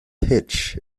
hitch